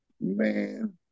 Man